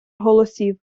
голосів